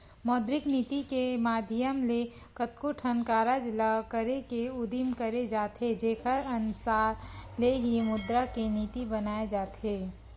मौद्रिक नीति के माधियम ले कतको ठन कारज ल करे के उदिम करे जाथे जेखर अनसार ले ही मुद्रा के नीति बनाए जाथे